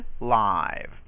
live